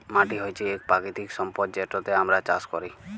মাটি হছে ইক পাকিতিক সম্পদ যেটতে আমরা চাষ ক্যরি